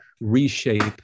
reshape